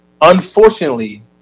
unfortunately